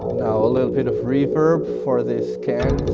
now a little bit of reverb for this can